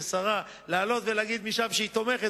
לעלות ולהגיד משם שהיא תומכת,